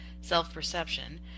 self-perception